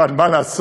אבל מה לעשות,